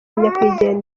nyakwigendera